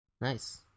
Nice